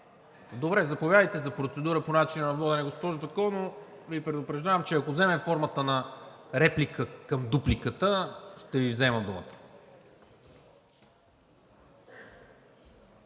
Добре, заповядайте за процедура по начина на водене, госпожо Петкова, но Ви предупреждавам, че ако вземе формата на реплика към дупликата, ще Ви взема думата.